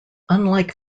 unlike